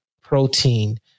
protein